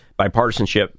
bipartisanship